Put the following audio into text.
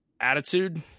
attitude